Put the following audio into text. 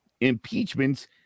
impeachments